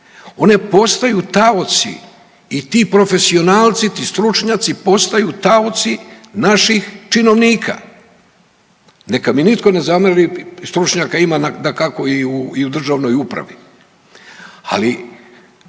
One postaju taoci i ti profesionalci i ti stručnjaci postaju taoci naših činovnika. Neka mi nitko ne zamjeri stručnjaka ima dakako i u državnoj upravi, ali